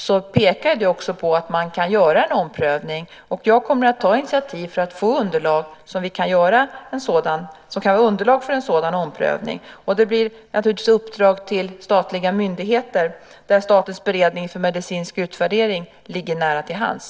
Det pekar också på att man kan göra en omprövning, och jag kommer att ta initiativ för att få underlag för att göra en sådan omprövning. Det blir naturligtvis uppdrag till statliga myndigheter, där Statens beredning för medicinsk utvärdering ligger nära till hands.